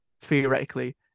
theoretically